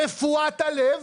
רפואת הלב,